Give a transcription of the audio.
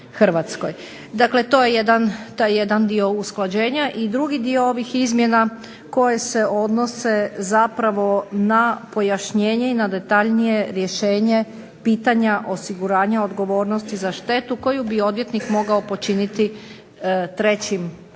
To je jedan dio usklađenja i drugi dio ovih izmjena koje se odnose zapravo na pojašnjenje i detaljnije rješenje pitanja osiguranja odgovornosti za štetu koju bi odvjetnik mogao učiniti trećim